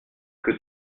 que